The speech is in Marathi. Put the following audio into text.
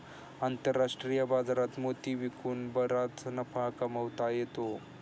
आंतरराष्ट्रीय बाजारात मोती विकून बराच नफा कमावता येतो